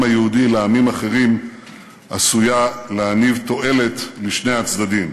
היהודי לעמים האחרים עשויה להניב תועלת לשני הצדדים,